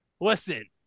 Listen